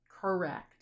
Correct